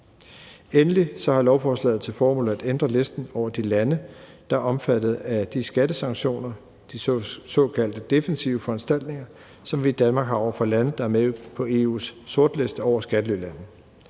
Endelig har lovforslaget til formål at ændre listen over de lande, der er omfattet af de skattesanktioner, altså de såkaldte defensive foranstaltninger, som vi i Danmark har over for lande, der er med på EU's sortliste over skattelylande.